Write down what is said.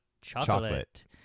chocolate